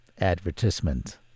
Advertisement